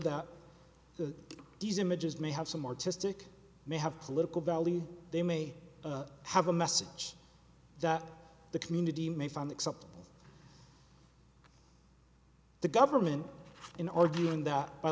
that the these images may have some artistic may have political value they may have a message that the community may find acceptable the government in arguing that by